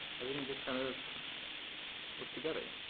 everything just kind of worked together.